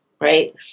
right